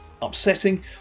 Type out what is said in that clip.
upsetting